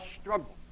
struggle